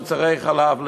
מוצרי חלב ליום.